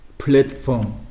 Platform